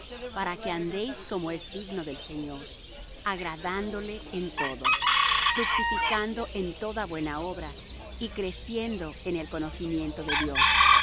para que andéis como es digno del señor agradándo le en todo fructificando en toda buena obra y creciendo en el conocimiento de dios